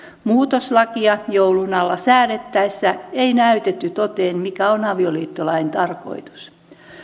muutoslakia joulun alla säädettäessä ei näytetty toteen mikä on avioliittolain tarkoitus